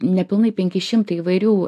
nepilnai penki šimtai įvairių